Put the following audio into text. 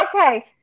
okay